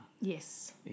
Yes